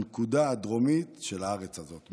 הנקודה הדרומית של הארץ הזאת,